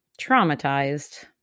traumatized